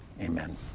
amen